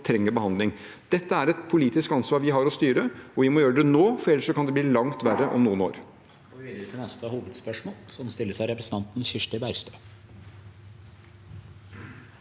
som trenger behandling. Dette er et politisk ansvar vi har å styre, og vi må gjøre det nå, ellers kan det bli langt verre om noen år.